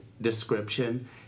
description